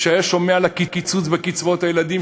כשהיה שומע על הקיצוץ בקצבאות הילדים,